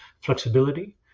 flexibility